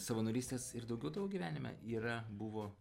savanorystės ir daugiau tavo gyvenime yra buvo